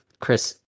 Chris